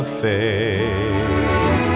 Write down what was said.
faith